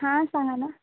हां सांगा ना